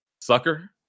sucker